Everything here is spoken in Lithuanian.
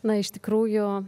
na iš tikrųjų